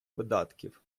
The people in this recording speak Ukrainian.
видатків